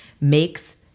makes